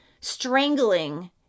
strangling